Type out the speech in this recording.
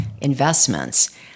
investments